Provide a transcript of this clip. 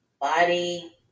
body